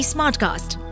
Smartcast